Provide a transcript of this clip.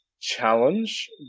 challenge